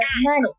money